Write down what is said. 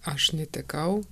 aš netekau